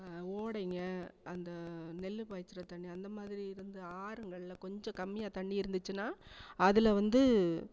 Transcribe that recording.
ஓடைங்க அந்த நெல் பாய்ச்சிற தண்ணி அந்த மாதிரி இருந்து ஆறுங்கள்ல கொஞ்சம் கம்மியாக தண்ணி இருந்துச்சுன்னால் அதில் வந்து